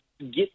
get